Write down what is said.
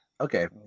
Okay